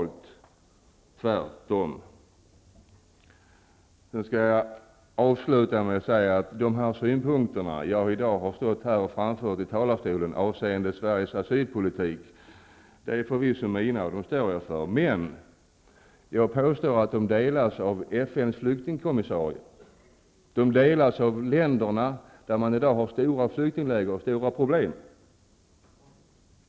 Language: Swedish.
Jag vill avsluta mitt inlägg med att säga att de synpunkter som jag i dag har framfört här från talarstolen avseende Sveriges asylpolitik förvisso är mina, och dem står jag för. Men jag påstår att de delas av FN:s flyktingkommissarie och att de delas av de länder där man i dag har stora flyktingläger och stora problem.